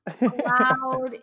Allowed